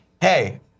hey